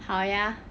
好呀